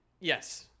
Yes